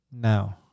now